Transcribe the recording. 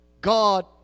God